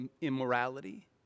immorality